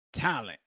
talent